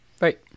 Right